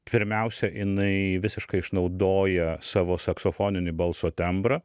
pirmiausia jinai visiškai išnaudoja savo saksofoninį balso tembrą